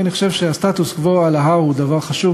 כי אני חושב שהסטטוס-קוו בהר הוא דבר חשוב